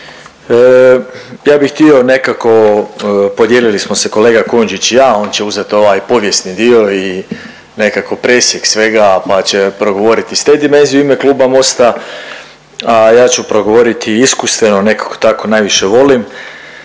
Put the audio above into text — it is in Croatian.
ja bi htio nekako podijelili smo se kolega Kujundžić i ja, on će uzeti ovaj povijesni dio i nekako presjek svega pa će progovoriti s te dimenzije u ime kluba Mosta, a ja ću progovoriti iskustveno nekako tako najviše volim